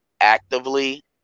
actively